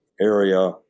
area